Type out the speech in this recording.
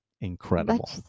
incredible